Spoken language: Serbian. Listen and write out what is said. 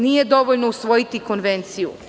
Nije dovoljno usvojiti Konvenciju.